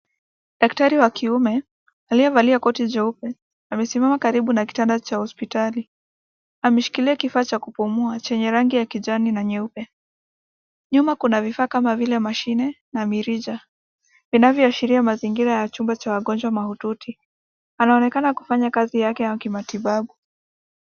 Dakitari wa kiume, aliyevalia koti cheupe, amesimama karibu na kitanda cha hosipitali, ameshikilia kifaa cha kupumua chenye rangi ya kijani na nyeupe. Nyuma kuna vifaa kama vile mashine na mirija inavyoashiria mazingira ya chumba cha wagonjwa mahututi. Anaonekana kufanya kazi yake ya umatibabu.